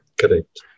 Correct